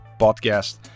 podcast